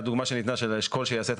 הדוגמה שניתנה של האשכול שיעשה את